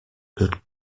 good